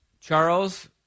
Charles